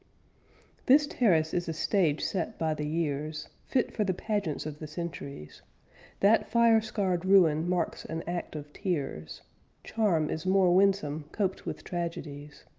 this terrace is a stage set by the years, fit for the pageants of the centuries that fire-scarred ruin marks an act of tears charm is more winsome coped with tragedies.